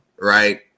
right